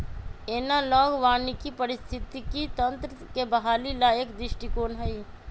analogue वानिकी पारिस्थितिकी तंत्र के बहाली ला एक दृष्टिकोण हई